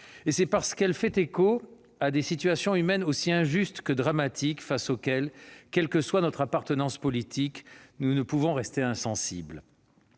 C'est parce qu'elle fait écho à des situations humaines aussi injustes que dramatiques face auxquelles, quelle que soit notre appartenance politique, nous ne pouvons rester insensibles.